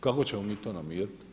Kako ćemo mi to namirit?